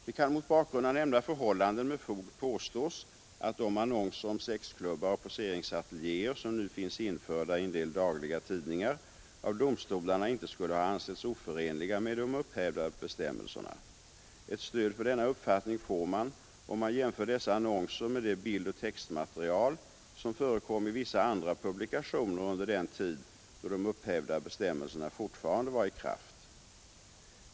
Det kan mot bakgrund av nämnda förhållanden med fog påstås att de annonser om sexklubbar och poseringsateljéer som nu finns införda i en del dagliga tidningar av domstolarna inte skulle ha ansetts oförenliga med de upphävda bestämmelserna. Ett stöd för denna uppfattning får man, om man jämför dessa annonser med det bildoch. textmaterial som förekom i vissa andra publikationer under den tid då de upphävda bestämmelserna fortfarande var i kraft.